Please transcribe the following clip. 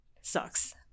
sucks